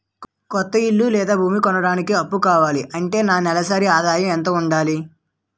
కొత్త ఇల్లు లేదా భూమి కొనడానికి అప్పు కావాలి అంటే నా నెలసరి ఆదాయం ఎంత ఉండాలి?